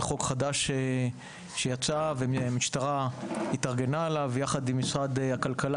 זה חוק חדש שיצא והמשטרה התארגנה עליו יחד עם משרד הכלכלה,